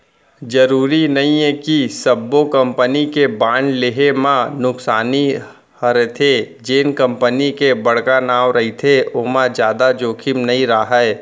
जरूरी नइये कि सब्बो कंपनी के बांड लेहे म नुकसानी हरेथे, जेन कंपनी के बड़का नांव रहिथे ओमा जादा जोखिम नइ राहय